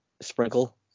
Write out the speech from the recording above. Sprinkle